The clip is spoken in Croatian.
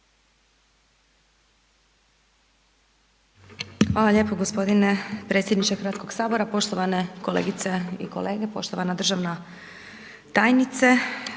Hvala lijepo gospodine predsjedniče Hrvatskoga sabora, poštovane kolegice i kolege, poštovana državna tajnice.